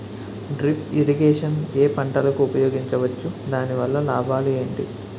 Drip irrigation ఏ పంటలకు ఉపయోగించవచ్చు? దాని వల్ల లాభాలు ఏంటి?